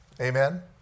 Amen